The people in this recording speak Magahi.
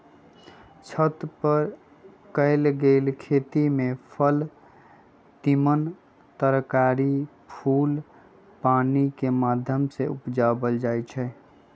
छत पर कएल गेल खेती में फल तिमण तरकारी फूल पानिकेँ माध्यम से उपजायल जाइ छइ